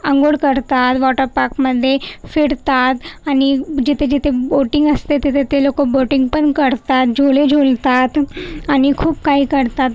आंघोळ करतात वॉटरपाकमध्ये फिरतात आणि जिथे जिथे बोटिंग असते तिथे ते लोकं बोटिंग पण करतात झुले झुलतात आणि खूप काही करतात